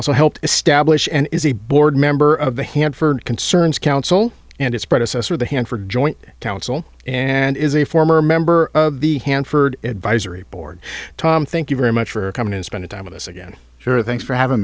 also helped establish and is a board member of the hanford concerns council and its predecessor the hanford joint council and is a former member of the hanford advisory board tom thank you very much for coming and spending time with us again sure thanks for having